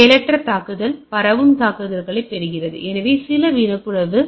எனவே செயலற்ற தாக்குதல் பரவும் தகவல்களைப் பெறுகிறது எனவே சில விழிப்புணர்வு